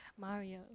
Mario